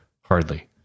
Hardly